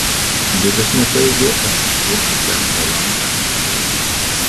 vidas nepajėgė atsispirti šiam mielam humorui